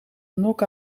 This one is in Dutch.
knock